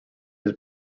his